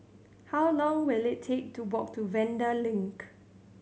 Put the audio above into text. how long will it take to walk to Vanda Link